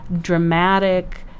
dramatic